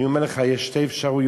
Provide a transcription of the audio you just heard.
אני אומר לך שיש שתי אפשרויות: